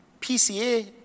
PCA